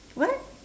what